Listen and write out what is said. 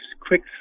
quick